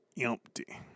empty